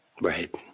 Right